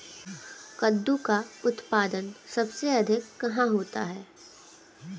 कद्दू का उत्पादन सबसे अधिक कहाँ होता है?